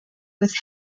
with